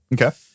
Okay